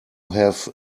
have